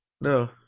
No